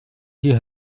hier